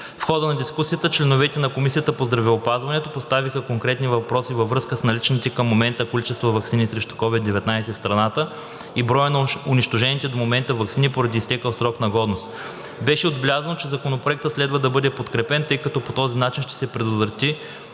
В хода на дискусията членовете на Комисията по здравеопазването поставиха конкретни въпроси във връзка с наличните към момента количества ваксини срещу COVID-19 в страната и броя на унищожените до момента ваксини поради изтекъл срок на годност. Беше отбелязано, че Законопроектът следва да бъде подкрепен, тъй като по този начин ще се предотврати